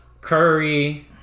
Curry